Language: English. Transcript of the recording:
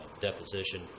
deposition